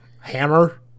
hammer